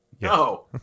No